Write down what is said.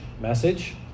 message